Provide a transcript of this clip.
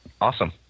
awesome